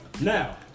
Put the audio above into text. Now